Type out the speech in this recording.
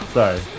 Sorry